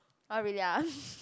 oh really ah